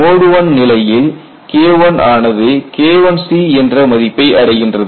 mode I நிலையில் K1 ஆனது K1C என்ற மதிப்பை அடைகின்றது